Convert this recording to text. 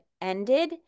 ended